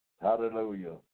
Hallelujah